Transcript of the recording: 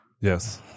Yes